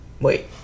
Wait